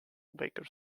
baker